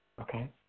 Okay